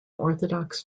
orthodox